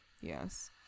yes